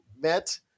met